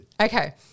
Okay